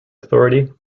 authority